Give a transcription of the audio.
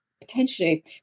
potentially